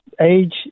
age